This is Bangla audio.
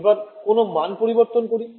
এবার কোনের মান পরিবর্তন করি